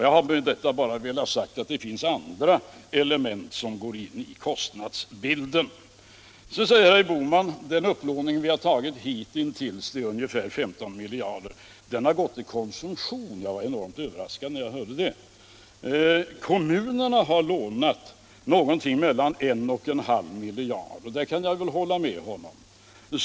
— Jag har med detta bara velat framhålla att det även finns andra element som ingår i kostnadsbilden. Sedan säger herr Bohman att den upplåning vi tagit hitintills — det är ungefär 15 miljarder kronor — har gått till konsumtion. Jag blev enormt överraskad när jag hörde det. Kommunerna har lånat någonting mellan 1/2 och 1 miljard kronor, och därvidlag kan jag hålla med honom.